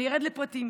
אני ארד לפרטים.